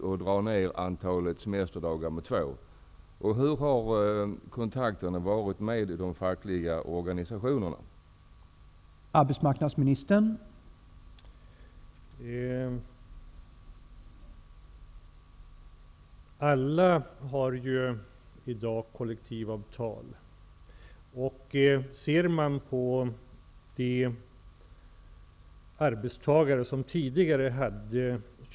Och hur har kontakterna med de fackliga organisationerna varit?